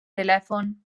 telèfon